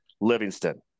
Livingston